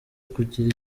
kugira